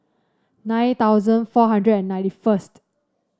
nine thousand four hundred and ninety first